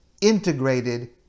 integrated